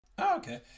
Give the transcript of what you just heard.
okay